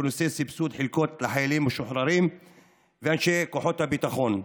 בנושא סבסוד חלקות לחיילים משוחררים ואנשי כוחות הביטחון,